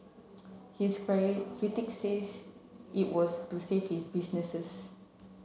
his critic says it was to save his businesses